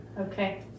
okay